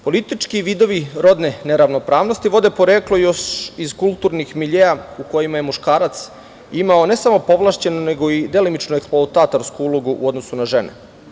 Politički vidovi rodne neravnopravnosti vode poreklo još iz kulturnih miljea u kojima je muškarac imao ne samo povlašćenu, nego i delimično eksploatatorsku ulogu u odnosu na žene.